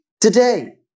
today